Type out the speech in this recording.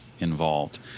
involved